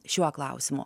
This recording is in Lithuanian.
šiuo klausimu